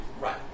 Right